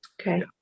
Okay